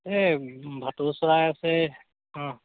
এই ভাটৌ চৰাই আছে অঁ